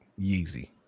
Yeezy